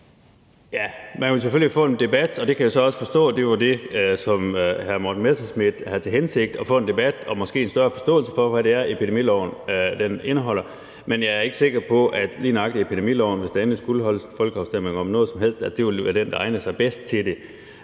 Man vil selvfølgelig få en debat, ja, og jeg kan så også forstå, at det var hr. Morten Messerschmidts hensigt at få en debat og måske få en større forståelse for, hvad epidemiloven indeholder. Men jeg er ikke sikker på, at lige nøjagtig epidemiloven, hvis der endelig skulle holdes en folkeafstemning om noget som helst, ville være det, der egnede sig bedst til det.